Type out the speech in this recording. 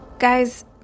Guys